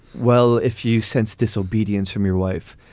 well, if you sense disobedience from your wife,